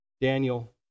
Daniel